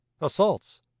Assaults